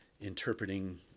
interpreting